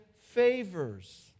favors